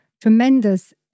tremendous